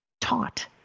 taught